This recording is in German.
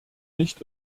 nicht